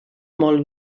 molt